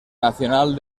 nacional